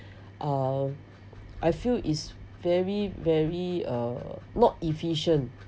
uh I feel is very very uh not efficient